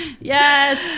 yes